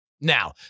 Now